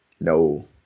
No